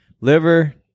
liver